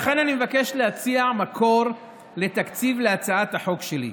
לכן אני מבקש להציע מקור לתקציב להצעת החוק שלי.